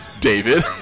David